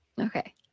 Okay